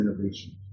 innovation